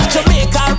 Jamaica